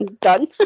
Done